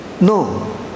no